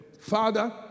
Father